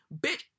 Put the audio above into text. bitch